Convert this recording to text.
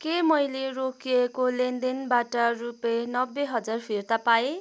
के मैले रोकिएको लेनदेनबाट रुपियाँ नब्बे हजार फिर्ता पाएँ